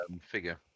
figure